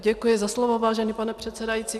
Děkuji za slovo, vážený pane předsedající.